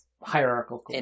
hierarchical